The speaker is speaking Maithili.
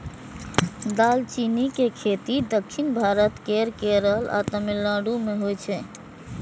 दालचीनी के खेती दक्षिण भारत केर केरल आ तमिलनाडु मे होइ छै